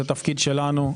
זה תפקיד שלנו.